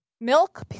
Milk